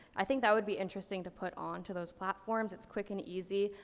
i think that would be interesting to put on to those platforms, it's quick and easy.